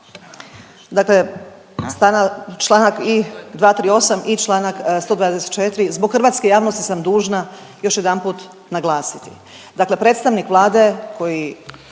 Dakle, čl. i 238. i čl. 124. zbog hrvatske javnosti sam dužna još jedanput naglasiti, dakle predstavnik Vlade koji